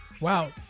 Wow